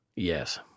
Yes